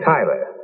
Tyler